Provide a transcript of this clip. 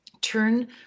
Turn